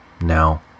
now